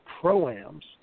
pro-ams